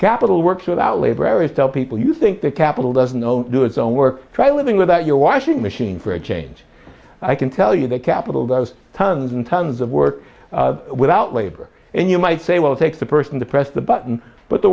capital works without labor areas tell people you think that capital doesn't do its own work try living without your washing machine for a change i can tell you that capital that was tons and tons of work without labor and you might say well it takes a person to press the button but the